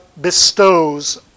bestows